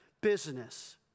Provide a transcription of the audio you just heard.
business